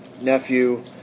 nephew